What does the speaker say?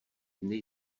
dny